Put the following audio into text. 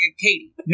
Katie